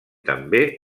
també